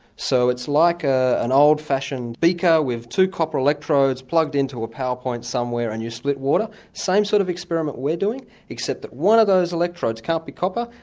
so it's like an old-fashioned beaker with two copper electrodes, plugged into a power point somewhere and you split water, same sort of experiment we're doing except that one of those electrodes can't be copper,